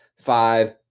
Five